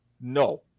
No